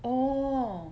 orh